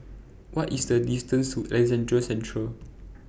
What IS The distance to Alexandra Central